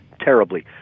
terribly